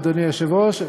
אדוני היושב-ראש,